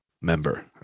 member